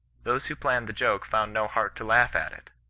those who planned the joke found no heart to laugh at it.